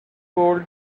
cold